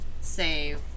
save